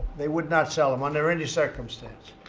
they would not sell them, under any circumstance.